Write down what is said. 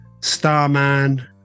Starman